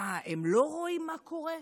מה, הם לא רואים מה קורה?